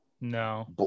No